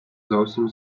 зовсім